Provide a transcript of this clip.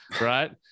right